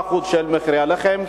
ב-3% של מחירי הלחם,